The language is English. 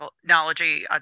technology